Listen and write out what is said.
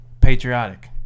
patriotic